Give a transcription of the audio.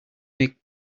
make